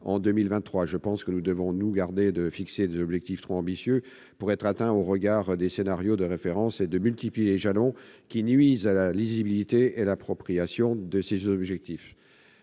en 2023. Je pense que nous devons nous garder de fixer des objectifs trop ambitieux pour pouvoir être atteints au regard des scénarios de référence et de multiplier les jalons : cela nuit à la lisibilité et à l'appropriation des objectifs.